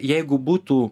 jeigu būtų